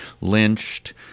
lynched